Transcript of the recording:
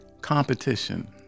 competition